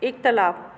इख़्तिलाफु